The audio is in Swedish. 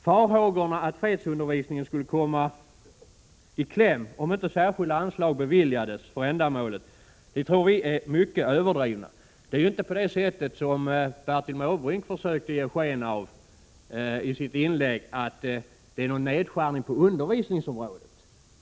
Farhågorna för att fredsundervisningen skulle komma i kläm om inte särskilda anslag beviljades för ändamålet torde vara överdrivna. Det är inte, som Bertil Måbrink försökte ge sken avi sitt inlägg, fråga om någon nedskärning på undervisningsområdet.